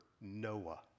Noah